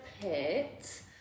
pit